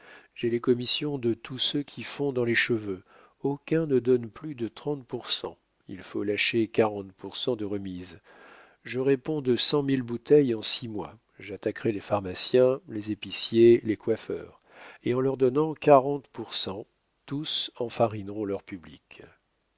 j'ai les commissions de tous ceux qui font dans les cheveux aucun ne donne plus de trente pour cent il faut lâcher quarante pour cent de remise je réponds de cent mille bouteilles en six mois j'attaquerai les pharmaciens les épiciers les coiffeurs et en leur donnant quarante pour cent tous enfarineront leur public